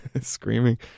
screaming